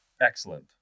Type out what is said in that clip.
Excellent